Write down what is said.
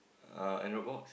uh Android box